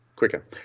quicker